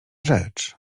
rzecz